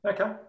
Okay